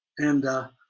and